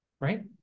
Right